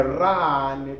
run